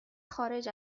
خارج